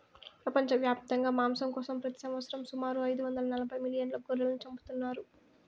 ప్రపంచవ్యాప్తంగా మాంసం కోసం ప్రతి సంవత్సరం సుమారు ఐదు వందల నలబై మిలియన్ల గొర్రెలను చంపుతున్నారు